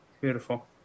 Beautiful